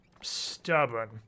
stubborn